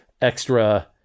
extra